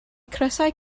crysau